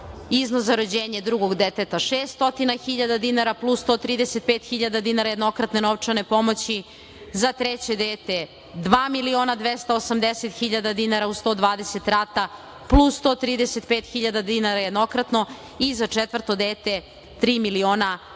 iznos za rođenje drugog deteta 600.000 dinara, plus 135.000 dinara jednokratne novčane pomoći, za treće dete 2.280.000 dinara u 120 rata, plus 135.000 dinara jednokratno i za četvrto dete 3.180.000